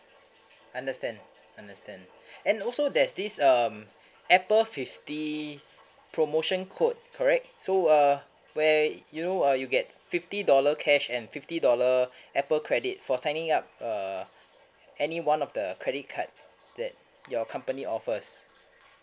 understand understand and also there's this um apple fifty promotion code correct so uh where you know uh you get fifty dollar cash and fifty dollar apple credit for signing up uh any one of the credit card that your company offers